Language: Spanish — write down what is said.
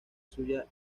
suya